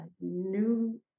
new